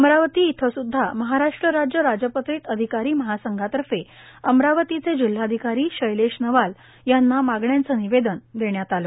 अमरावती इथं सुद्धा महाराष्ट्र राज्य राजपत्रित अधिकारी महासंघातर्फे अमरावतीचे जिल्हाधिकारी शैलेश नवाल यांना मागण्यांचे निवेदन देण्यात आले